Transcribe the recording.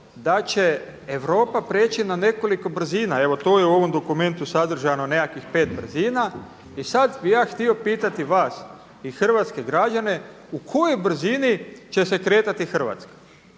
da će Europa prijeći na nekoliko brzina. Evo to je u ovom dokumentu sadržano nekakvih 5 brzina. I sad bih ja htio pitati vas i hrvatske građane u kojoj brzini će se kretati Hrvatska.